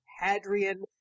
Hadrian